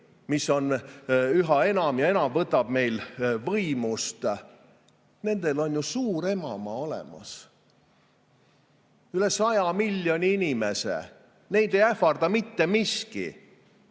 mis üha enam ja enam võtab meil võimust – nendel inimestel on ju suur emamaa olemas. Üle 100 miljoni inimese! Neid ei ähvarda mitte miski.